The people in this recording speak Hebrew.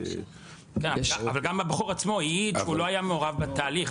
אבל גם הוא עצמו העיד שהוא לא היה מעורב בתהליך.